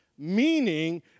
meaning